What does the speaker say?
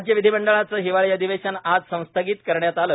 राज्य विधीमंडळाचं हिवाळी अधिवेशन आज संस्थगित करण्यात आलं